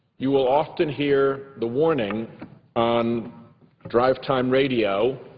you will often hear the warning on drive time radio,